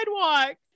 sidewalk